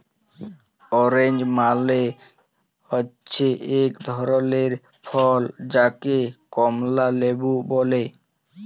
orange মালে হচ্যে এক ধরলের ফল যাকে কমলা লেবু ব্যলে